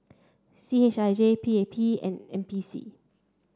C H I J P A P and N P C